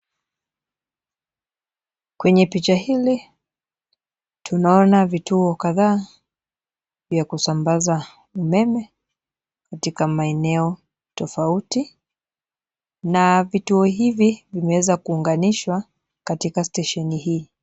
Kwenye picha hili, tunaona vituo kadhaa vya kusambaza umeme katika maeneo tofauti na vituo ivi vimeweza kuunganishwa katika stesheni hii.